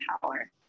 power